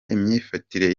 imyifatire